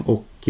Och